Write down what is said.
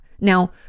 Now